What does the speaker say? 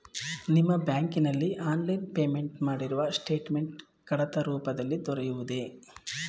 ನಿಮ್ಮ ಬ್ಯಾಂಕಿನಲ್ಲಿ online payment ಮಾಡಿರುವ ಸ್ಟೇಟ್ಮೆಂಟ್ ಕಡತ ರೂಪದಲ್ಲಿ ದೊರೆಯುವುದೇ?